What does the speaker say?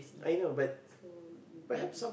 so maybe